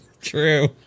true